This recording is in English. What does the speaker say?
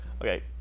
Okay